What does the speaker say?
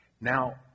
Now